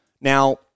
Now